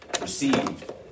received